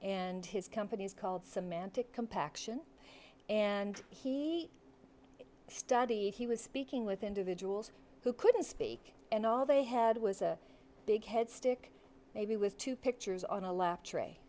and his company is called semantic compaction and he study he was speaking with individuals who couldn't speak and all they had was a big head stick maybe with two pictures on a left tray